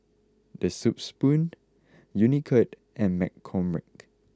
The Soup Spoon Unicurd and McCormick